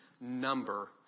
number